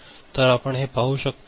तर आपण हे पाहू शकतो